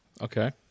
Okay